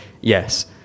yes